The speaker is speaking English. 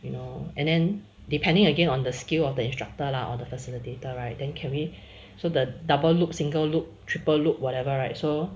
you know and then depending again on the skill of the instructor lah or the facilitator right then can we so the double loop single loop triple loop whatever right so